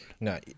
No